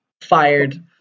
fired